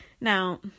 now